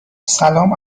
سلام